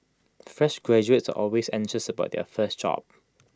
fresh graduates are always anxious about their first job